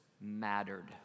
mattered